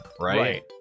Right